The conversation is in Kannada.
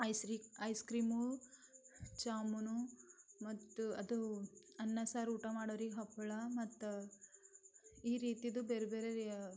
ಐಸ್ರಿ ಐಸ್ ಕ್ರೀಮ್ ಜಾಮೂನು ಮತ್ತು ಅದು ಅನ್ನ ಸಾರು ಊಟ ಮಾಡೋರಿಗೆ ಹಪ್ಪಳ ಮತ್ತ ಈ ರೀತಿದು ಬೇರೆಬೇರೆ ರಿಯ